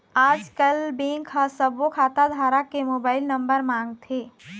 आजकल बेंक ह सब्बो खाता धारक के मोबाईल नंबर मांगथे